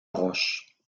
roche